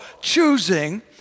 choosing